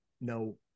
no